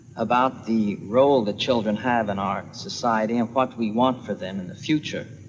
about the role that children have in our society and what we want for them in the future.